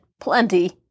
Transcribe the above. Plenty